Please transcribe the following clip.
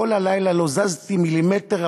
כל הלילה לא זזתי מילימטר,